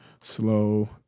slow